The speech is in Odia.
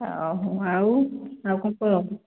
ଓହୋ ଆଉ ଆଉ କ'ଣ କହ